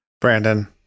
Brandon